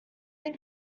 این